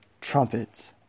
trumpets